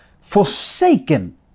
forsaken